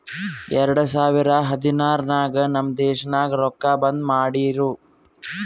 ಎರಡು ಸಾವಿರದ ಹದ್ನಾರ್ ನಾಗ್ ನಮ್ ದೇಶನಾಗ್ ರೊಕ್ಕಾ ಬಂದ್ ಮಾಡಿರೂ